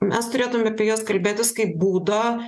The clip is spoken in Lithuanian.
mes turėtume apie jas kalbėtis kaip būdą